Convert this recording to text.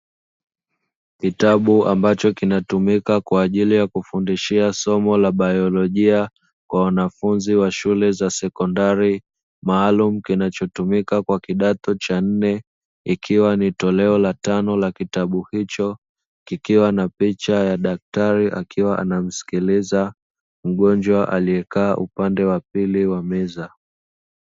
Kitabu ambacho kinatumika kwa ajili ya kufundishia somo la biolojia kwa wanafunzi wa shule za sekondari maalumu kinachotumika kwa kidato cha nne, ikiwa ni toleo la tano la kitabu hicho kikiwa na picha ya daktari akiwa anamsikiliza mgonjwa aliyekaa upande wa pili wa meza.